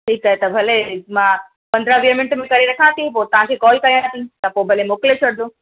ठीकु आहे त भले मां पंद्रहं वीह मिन्ट में करे रखा थी पोइ तव्हांखे कॉल कयां थी त पोइ भले मोकिले छॾिजो